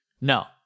no